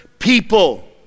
people